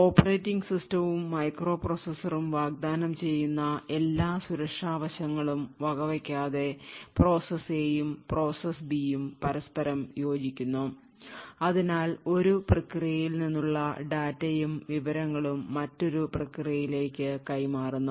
operating സിസ്റ്റവും മൈക്രോപ്രൊസസ്സറും വാഗ്ദാനം ചെയ്യുന്ന എല്ലാ സുരക്ഷാ വശങ്ങളും വകവയ്ക്കാതെ പ്രോസസ്സ് A യും പ്രോസസ് B യും പരസ്പരം യോജിക്കുന്നു അതിനാൽ ഒരു പ്രക്രിയയിൽ നിന്നുള്ള ഡാറ്റയും വിവരങ്ങളും മറ്റ് പ്രക്രിയയിലേക്ക് കൈമാറുന്നു